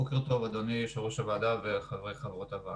בוקר טוב אדוני יו"ר הוועדה וחברי וחברות הוועדה.